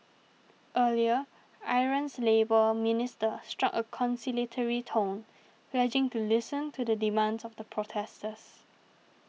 earlier Iran's labour minister struck a conciliatory tone pledging to listen to the demands of the protesters